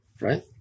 right